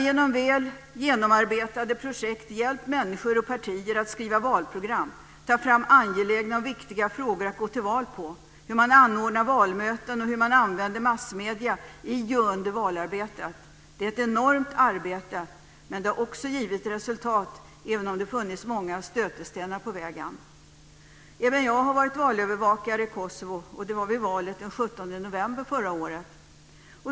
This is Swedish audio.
Genom väl genomarbetade projekt har man hjälpt människor och partier att skriva valprogram, ta fram angelägna och viktiga frågor att gå till val på, anordna valmöten och använda massmedier i och under valarbetet. Det är ett enormt arbete, men det har också gett resultat även om det funnits många stötestenar på vägen. Även jag har varit valövervakare i Kosovo, och det var vid valet den 17 november förra året.